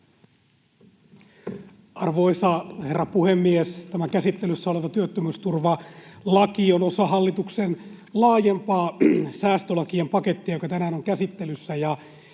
Arvoisa herra puhemies! Tämä käsittelyssä oleva työttömyysturvalaki on osa hallituksen laajempaa säästölakien pakettia, joka tänään on käsittelyssä.